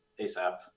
ASAP